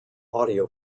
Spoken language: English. audio